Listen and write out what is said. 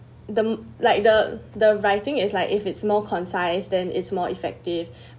the like the the writing is like if it's more concise than is more effective